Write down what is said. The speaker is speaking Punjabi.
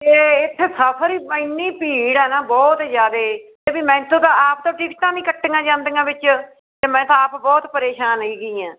ਅਤੇ ਇੱਥੇ ਸਫਰ ਹੀ ਇੰਨੀ ਭੀੜ ਆ ਨਾ ਬਹੁਤ ਜ਼ਿਆਦਾ ਵੀ ਮੈਥੋਂ ਤਾਂ ਆਪ ਤਾਂ ਟਿਕਟਾਂ ਨਹੀਂ ਕੱਟੀਆਂ ਜਾਂਦੀਆਂ ਵਿੱਚ ਅਤੇ ਮੈਂ ਤਾਂ ਆਪ ਬਹੁਤ ਪਰੇਸ਼ਾਨ ਹੈਗੀ ਹਾਂ